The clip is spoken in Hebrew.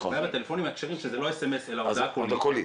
בטלפונים הכשרים זה לא סמס אלא הודעה קולית.